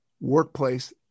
workplace